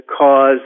cause